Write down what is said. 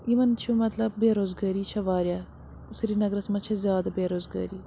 یِمَن چھُ مطلب بے روزگٲری چھےٚ واریاہ سرینَگرَس منٛز چھےٚ زیادٕ بے روزگٲری